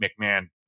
McMahon